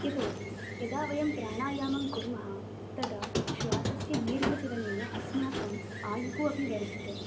यतोहि यदा वयं प्राणायामं कुर्मः तदा श्वासस्य दीर्घचलनेन अस्माकम् आयुः अपि वर्धते